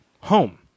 home